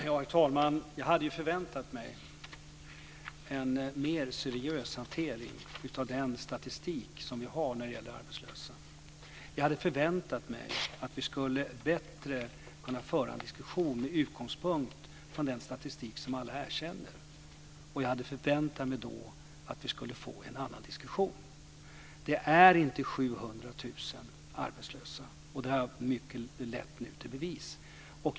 Herr talman! Jag hade förväntat mig en mer seriös hantering av statistiken när det gäller arbetslösa. Jag hade förväntat mig att vi skulle kunna föra en bättre diskussion, med utgångpunkt från den statistik som alla erkänner. Jag hade förväntat mig en annan diskussion. Det är inte 700 000 arbetslösa. Det har jag lett i bevis.